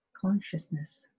consciousness